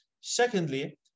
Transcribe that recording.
Secondly